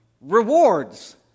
rewards